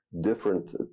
different